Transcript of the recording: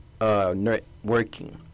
networking